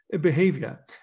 Behavior